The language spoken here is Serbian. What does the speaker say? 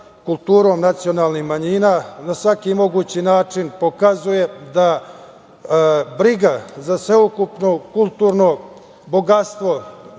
kulturom nacionalnih manjina, na svaki mogući način pokazuje da briga za sveukupno kulturno bogatstvo